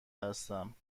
هستم